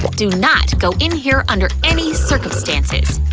but do not go in here under any circumstances.